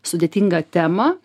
sudėtingą temą